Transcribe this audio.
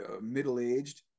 middle-aged